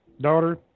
daughter